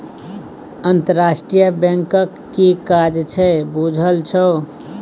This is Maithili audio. अंतरराष्ट्रीय बैंकक कि काज छै बुझल छौ?